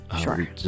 sure